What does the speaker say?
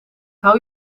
hou